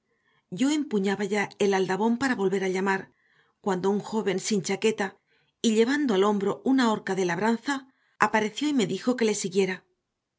yo empuñaba ya el aldabón para volver a llamar cuando un joven sin chaqueta y llevando al hombro una horca de labranza apareció y me dijo que le siguiera